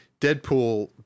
deadpool